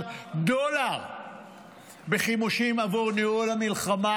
דולר בחימושים עבור ניהול המלחמה.